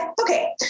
okay